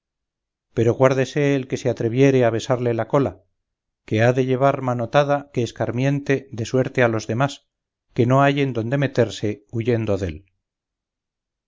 pero guárdese el que se atreviere a besarle la cola que ha de llevar manotada que escarmiente de suerte a los demás que no hallen dónde meterse huyendo dél